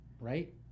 right